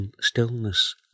stillness